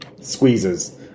squeezes